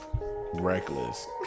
Reckless